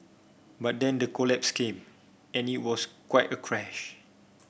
but then the collapse came and it was quite a crash